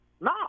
No